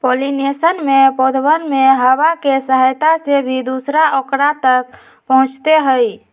pollination में पौधवन में हवा के सहायता से भी दूसरा औकरा तक पहुंचते हई